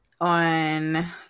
on